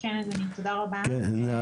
כן אדוני, תודה רבה.ב